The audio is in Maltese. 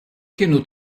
kienu